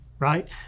Right